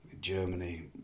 germany